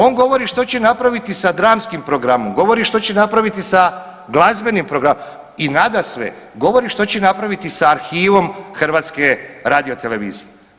On govori što će napraviti sa dramskim programom, govori što će napraviti sa glazbenim programom i nadasve, govori što će napraviti sa arhivom HRT-a.